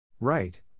Right